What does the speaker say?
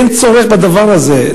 אין צורך בדבר הזה.